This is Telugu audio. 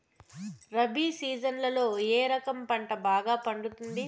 రబి సీజన్లలో ఏ రకం పంట బాగా పండుతుంది